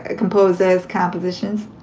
ah composers compositions.